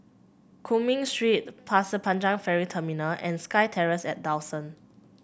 Cumming Street Pasir Panjang Ferry Terminal and SkyTerrace at Dawson